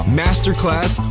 masterclass